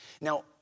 Now